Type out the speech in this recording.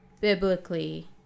biblically